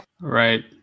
Right